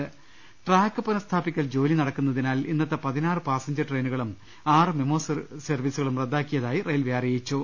് ട്രാക്ക് പുനസ്ഥാപിക്കൽ ജോലി നടക്കുന്നതിനാൽ ഇന്നത്തെ പതി നാറ് പാസഞ്ചർ ട്രെയിനുകളും ആറ് മെമു സർവീസുകളും റദ്ദാക്കി യതായി റെയിൽവെ അറിയിച്ചു